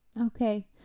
Okay